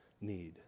need